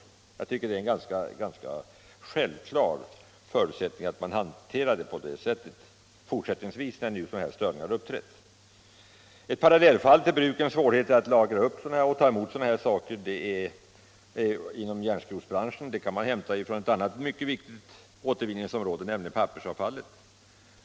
Jag tycker det är ganska självklart att man fortsättningsvis bör förfara på det sättet, eftersom störningar uppträtt. En parallell till brukens svårigheter kan man finna på ett annat mycket viktigt återvinningsområde, nämligen pappersavfallet.